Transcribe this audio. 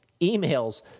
emails